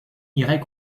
irait